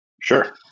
Sure